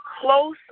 close